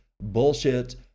Bullshit